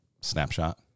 snapshot